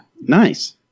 Nice